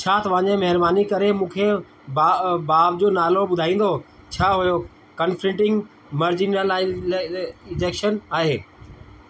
छा तव्हांजे महिरबानी करे मूंखे बा बाब जो नालो ॿुधाईंदा छा उहो कंफ्रटिंग मार्जिनलाइजशन आहे